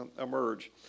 emerge